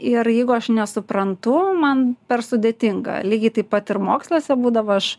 ir jeigu aš nesuprantu man per sudėtinga lygiai taip pat ir moksluose būdavo aš